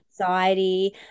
anxiety